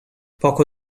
poco